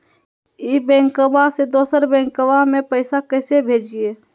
ई बैंकबा से दोसर बैंकबा में पैसा कैसे भेजिए?